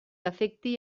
afecti